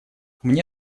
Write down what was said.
мне